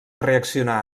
reaccionar